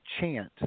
chant